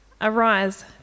Arise